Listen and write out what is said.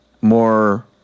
more